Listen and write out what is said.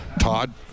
Todd